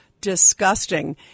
disgusting